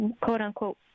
quote-unquote